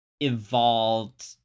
evolved